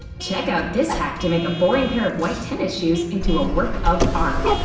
check out this hack to make a boring pair of white tennis shoes into a work of art!